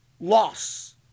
loss